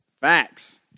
Facts